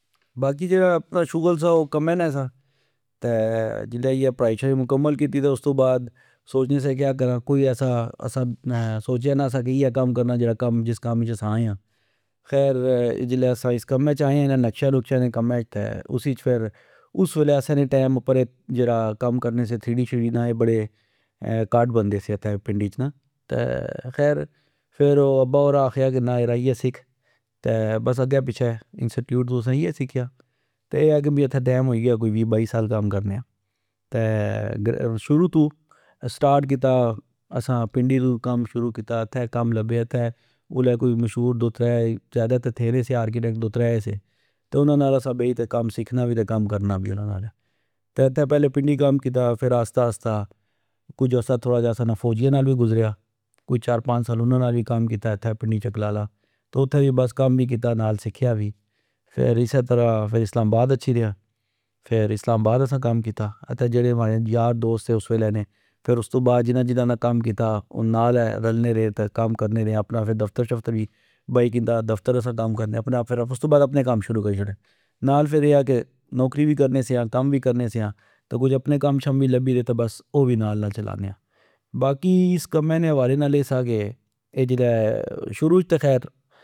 باقی جیڑا شغل سا او کمہ نا سا تہ جسلہ اییہ پڑھائی شڑائی مکمل کیتی تہ، استو بعد سوچنے سیا کہ کرا کوئی ایسا اسا سوچیا نا سا کہ اییہ کم کرنا جیڑا کم جس کم اچ اسا آئے آ ۔خیر جلہ اسا اس کمہچ آئے آ، انا نکشیا نکشیا ں نے کمہچ تہ اس اچ فر اس ویلہ اسا نے ٹئم اپر جیڑا کم کرنے سے تھری ڈی شیڈی نا اے بڑے کت بندے سے اتھہ پنڈی اچ نا تہ خیر ،فرابا اورا آکھیا یرا اییہ سکھ بس اگہ پچھہ انسٹیٹیوٹ سن اییہ سکھیا۔ تہ اے آ کہ می اتھہ ٹئم ہوئی گیا وی بائی سال کم کرنیو ۔تہ اگر شروع تو سٹارٹ کیتا اسا پنڈی تو کم شروع کیتا اتے کم لبیا اتہ کوئی مشہور دو ترہ ،ذئدہ تہ تھے نے سے دو ترہ سے ،تہ انا نال اسا بئی تہ کم سکھنا وی تہ کم کرنا وی ۔تہ اتھہ پہلے پنڈی کم کیتا فر آستہ آستہ کج ارسا تھوڑا جا اسا نا فوجیا نال وی گزریا کوئی چار پنج سال انا نال وی کم کیتا اتھہ پنڈی چکلالا۔ اتھہ وی بس کم کیتا نال سکھیا وی ۔فر اسہ طرع فر اسلام آباد اچھی رے آ ،فر اسلام آباد اسا کم کیتا ۔اتھہ جیڑے اسا نے یار دوست سے اس ویلہ نے ۔فر استو بعد جنا جنا ناکم کیتا او نال رلنے رے تہ کم کرنے رے اپنا ،فر دفتر شفتر وی بائی کندا ،دفتر اسا دام کرنے۔ استو بعد فر اپنے کم شروع کری شوڑے ،نال فر اے آ کہ نوکری وی کرنے سیا کم وی کرنے سیا ،تہ کج اپنے کم شم وی لبی گئے تہ او وی نال چلانے آ۔ باقی اس کمہ نے خوالے نال اے سا کہ اے جلہ شروع اچ تہ خیر